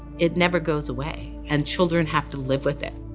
it never goes away and children have to live with it.